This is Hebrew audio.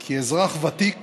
כי אזרח ותיק